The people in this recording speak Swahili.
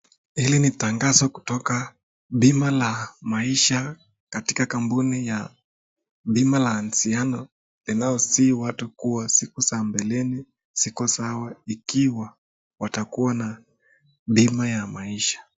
Hili ni tangazo kutoka bima la maisha katika kampuni ya bima, la msiano inaohisia watu siku la mbeleni siku zao ikiwa watakuwa na bima ya maisha.